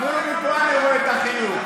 אפילו מפה אני רואה את החיוך.